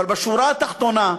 בשורה התחתונה,